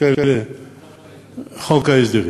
של חוק ההסדרים.